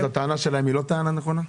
הטענה שלהם היא לא טענה נכונה?